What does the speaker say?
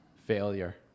Failure